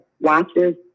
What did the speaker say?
watches